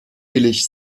billig